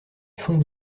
fond